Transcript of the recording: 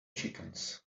chickens